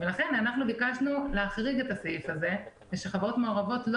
לכן אנחנו ביקשנו להחריג את הסעיף הזה ושחברות מעורבות לא